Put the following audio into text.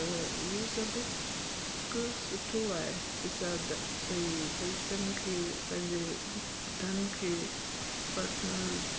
त इहो सभु हिकु सुठो आहे ॾिसा त भाई पेसनि खे पंहिंजे धन खे पर्सनल